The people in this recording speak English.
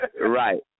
Right